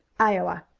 iowa.